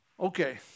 Okay